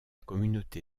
communauté